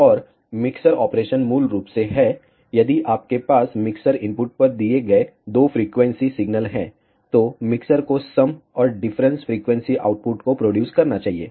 और mixer operation मूल रूप से है यदि आपके पास मिक्सर इनपुट पर दिए गए दो फ्रीक्वेंसी सिग्नल हैं तो मिक्सर को सम और डिफरेंस फ्रीक्वेंसी आउटपुट को प्रोड्युस करना चाहिए